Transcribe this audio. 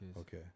Okay